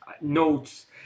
notes